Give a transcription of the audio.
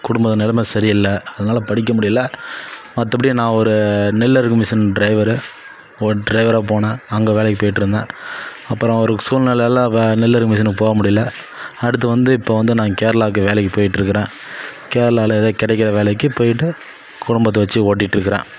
குடும்ப நெலமை சரியில்லை அதனால படிக்க முடியலை மற்றபடி நான் ஒரு நெல்லறுக்கும் மிஷின் ட்ரைவரு ட்ரைவராக போனேன் அங்கே வேலைக்கு போயிட்டிருந்தேன் அப்புறம் ஒரு சூழ்நிலையால அதை நெல்லறுக்கும் மிஷினுக்கு போக முடியலை அடுத்து வந்து இப்போ வந்து நான் கேரளாவுக்கு வேலைக்கு போயிட்டிருக்குறேன் கேரளாவில் எதாவது கிடைக்கிற வேலைக்கு போயிட்டு குடும்பத்தை வச்சு ஓட்டிட்டிருக்குறேன்